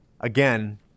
again